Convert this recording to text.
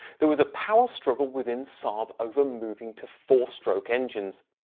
there was a power struggle within saab over moving to four stroke engines.